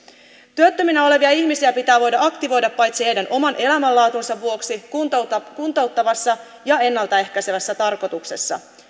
työttöminä olevia ihmisiä pitää voida aktivoida paitsi heidän oman elämänlaatunsa vuoksi myös kuntouttavassa ja ennalta ehkäisevässä tarkoituksessa